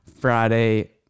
Friday